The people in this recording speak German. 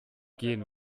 gehen